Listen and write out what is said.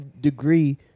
degree